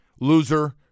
loser